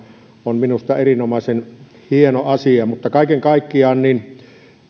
on minusta erinomaisen hieno asia kaiken kaikkiaan